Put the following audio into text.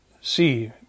see